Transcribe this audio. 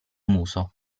muso